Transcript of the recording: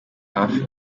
hafi